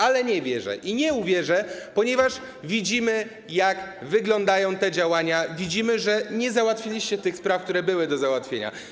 Ale nie wierzę i nie uwierzę, ponieważ widzimy, jak wyglądają te działania, widzimy, że nie załatwiliście tych spraw, które były do załatwienia.